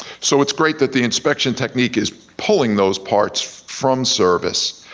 so it's great that the inspection technique is pulling those parts from service,